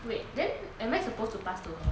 wait then am I suppose to pass to her